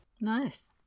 Nice